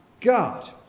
God